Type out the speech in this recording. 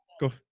Go